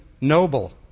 noble